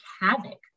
havoc